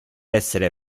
essere